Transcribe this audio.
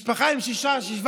משפחה עם שישה-שבעה